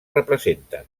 representen